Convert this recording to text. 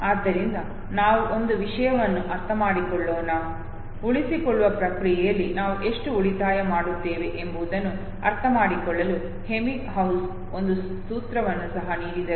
ಆದ್ದರಿಂದ ನಾವು ಒಂದು ವಿಷಯವನ್ನು ಅರ್ಥಮಾಡಿಕೊಳ್ಳೋಣ ಉಳಿಸಿಕೊಳ್ಳುವ ಪ್ರಕ್ರಿಯೆಯಲ್ಲಿ ನಾವು ಎಷ್ಟು ಉಳಿತಾಯ ಮಾಡುತ್ತೇವೆ ಎಂಬುದನ್ನು ಅರ್ಥಮಾಡಿಕೊಳ್ಳಲು ಎಬ್ಬಿಂಗ್ಹೌಸ್ ಒಂದು ಸೂತ್ರವನ್ನು ಸಹ ನೀಡಿದರು